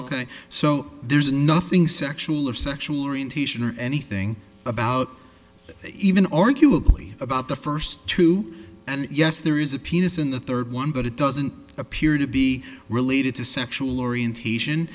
ok so there's nothing sexual or sexual orientation or anything about even arguably about the first two and yes there is a penis in the third one but it doesn't appear to be related to sexual orientation